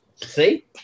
see